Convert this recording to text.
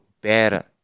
better